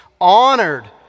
honored